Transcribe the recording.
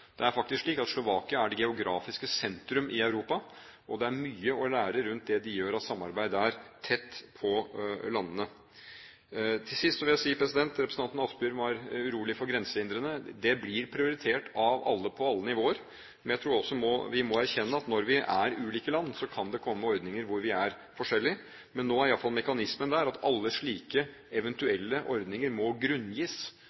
Det er faktisk slik at Slovakia er det geografiske sentrum i Europa, og det er mye å lære av det de gjør av samarbeid der, tett på landene. Til sist vil jeg si: Representanten Kielland Asmyhr var urolig for grensehindrene. Det blir prioritert av alle på alle nivåer. Men jeg tror også vi må erkjenne at når vi er ulike land, kan det komme ordninger der vi er forskjellige. Men nå er iallfall mekanismen der, at alle slike